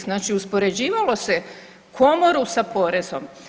Znači uspoređivalo se komoru sa porezom.